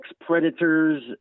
predators